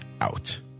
out